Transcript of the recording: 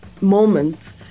moment